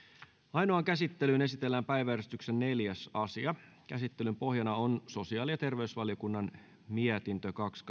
ainoaan käsittelyyn esitellään päiväjärjestyksen neljäs asia käsittelyn pohjana on sosiaali ja terveysvaliokunnan mietintö kaksi